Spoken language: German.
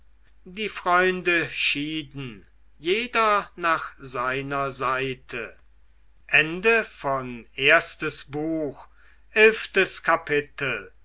die freunde schieden jeder nach seiner seite